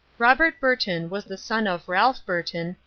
robert burton was the son of ralph burton,